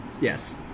yes